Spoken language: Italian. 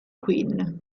queen